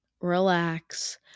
relax